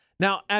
Now